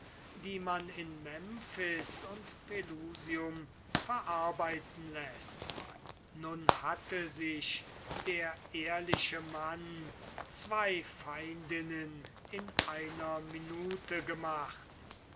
die man in memphis und pelusium verarbeiten läßt nun hatte sich der ehrliche mann zwo feindinnen in einer minute gemacht